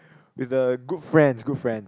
with the good friends good friend